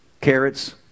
carrots